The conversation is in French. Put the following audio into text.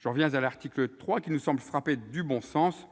J'en viens à l'article 3, qui nous semble frappé au coin du bon sens.